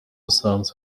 sons